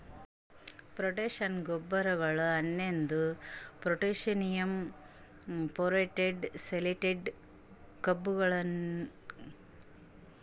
potash ಗೊಬ್ಬರಗೊಳ್ ಅನದು ಒಂದು ಪೊಟ್ಯಾಸಿಯಮ್ ಕ್ಲೋರೈಡ್, ಸಲ್ಫೇಟ್, ಕಾರ್ಬೋನೇಟ್ ಮತ್ತ ನೈಟ್ರೇಟ್ ಅಂತ ಬಳಸ್ತಾರ್